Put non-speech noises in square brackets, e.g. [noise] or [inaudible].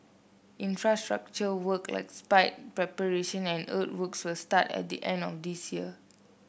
infrastructure [unintelligible] work like spite preparation and earthworks will start at the end of this year